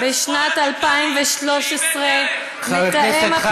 מיכל, אתם לא שמאל, אתם, חבר הכנסת חזן,